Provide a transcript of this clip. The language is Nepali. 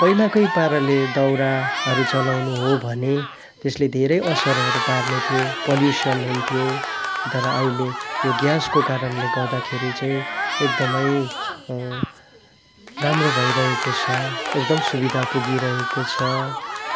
पहिलाकै पाराले दाउराहरू चलाउनु हो भने त्यसले धेरै असरहरू पार्नेथ्यो पल्युसन हुन्थ्यो तर अहिले यो ग्यासको कारणले गर्दाखेरि चाहिँ एकदमै राम्रो भइहरेको छ एकदम सुविधा पुगिरहेको छ